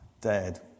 dead